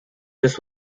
this